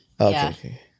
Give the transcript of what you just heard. Okay